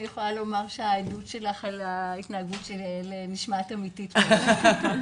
אני יכולה לומר שהעדות שלך על ההתנהגות של יעל נשמעת אמיתית מאוד.